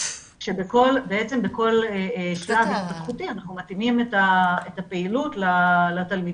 כשבכל שלב התפתחותי אנחנו מתאימים את הפעילות לתלמידים.